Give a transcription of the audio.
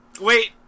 Wait